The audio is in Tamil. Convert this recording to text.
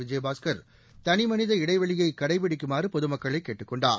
விஜயபாஸ்கர் தனிமனித இடைவெளியை கடைபிடிக்குமாறு பொதுமக்களை கேட்டுக் கொண்டார்